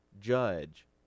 judge